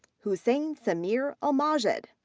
hussain sameer almajed,